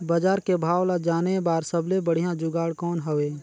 बजार के भाव ला जाने बार सबले बढ़िया जुगाड़ कौन हवय?